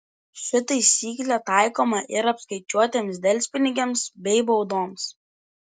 ši taisyklė taikoma ir apskaičiuotiems delspinigiams bei baudoms